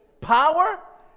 Power